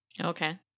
Okay